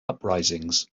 uprisings